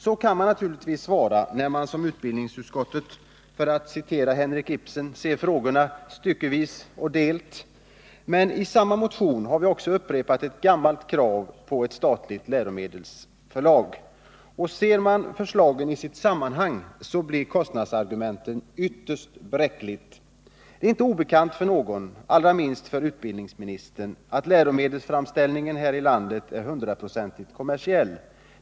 Så kan man naturligtvis svara när man som utbildningsutskottet — för att citera Henrik Ibsen — ser frågorna ”stykkevis og delt”. I samma motion har vi också upprepat ett gammalt krav på ett statligt läromedelsförlag. Och ser man förslagen i sitt sammanhang blir kostnadsargumentet ytterst bräckligt. Det är inte obekant för någon — allra minst för utbildningsministern — att läromedelsframställningen här i landet är hundraprocentigt kommersiell.